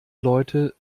leute